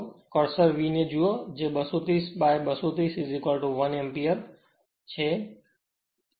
cursor V ને જુઓ જે 230 by 230 1 એમ્પીયર છે